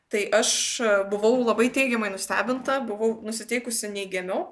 tai aš buvau labai teigiamai nustebinta buvau nusiteikusi neigiamiau